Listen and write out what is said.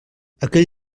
aquell